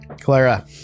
Clara